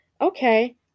okay